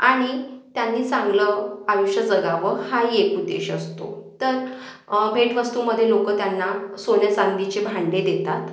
आणि त्यांनी चांगलं आयुष्य जगावं हाही एक उद्देश्य असतो तर भेटवस्तूमध्ये लोकं त्यांना सोन्या चांदीचे भांडे देतात